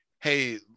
Hey